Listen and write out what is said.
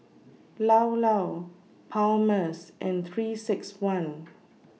Llao Llao Palmer's and three six one